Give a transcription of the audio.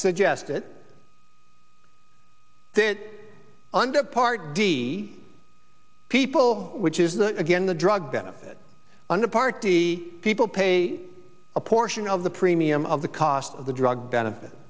suggested that under part d people which is the again the drug benefit under party people pay a portion of the premium of the cost of the drug benefit